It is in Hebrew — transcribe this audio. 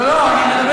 לא, לא.